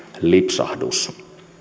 lipsahdus